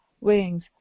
wings